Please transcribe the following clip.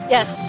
Yes